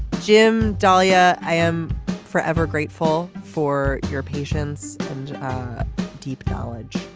jim. dalia i am forever grateful for your patience and deep knowledge.